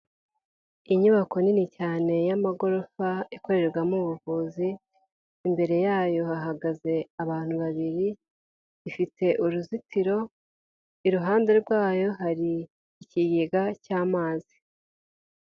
Inyubako nini cyane y'amagorofa ikorerwamo ubuvuzi, imbere yayo hahagaze abantu babiri ifite uruzitiro, iruhande rwayo hari ikigega cy'amazi.